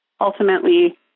ultimately